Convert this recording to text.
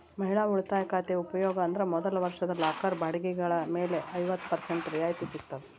ಮಹಿಳಾ ಉಳಿತಾಯ ಖಾತೆ ಉಪಯೋಗ ಅಂದ್ರ ಮೊದಲ ವರ್ಷದ ಲಾಕರ್ ಬಾಡಿಗೆಗಳ ಮೇಲೆ ಐವತ್ತ ಪರ್ಸೆಂಟ್ ರಿಯಾಯಿತಿ ಸಿಗ್ತದ